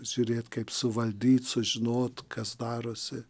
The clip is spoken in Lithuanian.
žiūrėti kaip suvaldyt sužinot kas darosi